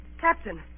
Captain